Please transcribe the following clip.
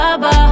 baba